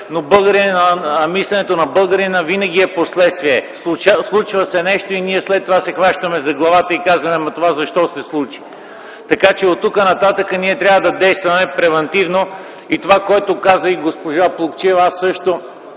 но мисленето на българина винаги е впоследствие. Случва се нещо и ние след това се хващаме за главата и казваме: „Ама това защо се случи?” Така че оттук нататък ние трябва да действаме превантивно и това, което каза и госпожа Плугчиева, аз също